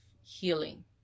healing